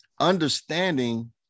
understanding